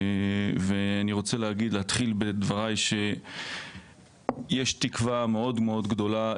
אני רוצה להתחיל בדבריי ולומר שיש תקווה מאוד מאוד גדולה,